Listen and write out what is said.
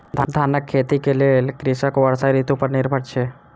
धानक खेती के लेल कृषक वर्षा ऋतू पर निर्भर छल